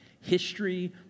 History